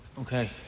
Okay